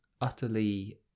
utterly